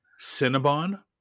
cinnabon